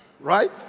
right